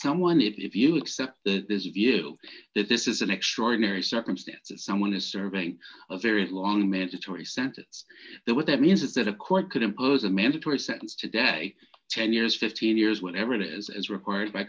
someone if you accept this view that this is an extraordinary circumstances someone is serving a very long mandatory sentence there what that means is that a court could impose a mandatory sentence today ten years fifteen years whatever it is as required by